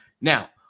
now